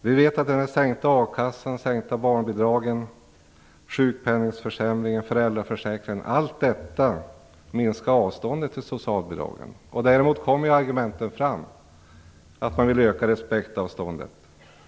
Vi vet att den sänkta a-kassan, de sänkta barnbidragen, sjukpenningsförsämringen och föräldraförsäkringsförsämringen minskar avståndet till socialbidragen. Då kommer argumenten fram. Man vill öka respektavståndet